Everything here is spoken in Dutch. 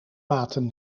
maten